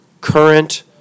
current